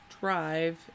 Drive